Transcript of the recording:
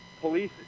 police